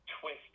twist